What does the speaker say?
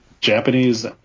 Japanese